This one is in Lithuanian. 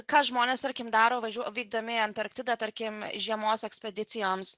ką žmonės tarkim daro vykdami į antarktidą tarkim žiemos ekspedicijoms